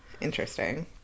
Interesting